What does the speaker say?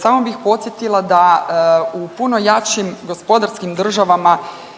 samo bih podsjetila da u puno jačim gospodarskim državama